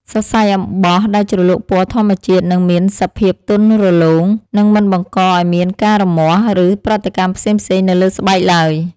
សរសៃអំបោះដែលជ្រលក់ពណ៌ធម្មជាតិ នឹងមានសភាពទន់រលោង និង មិនបង្កឱ្យមានការរមាស់ ឬ ប្រតិកម្មផ្សេងៗនៅលើស្បែកឡើយ។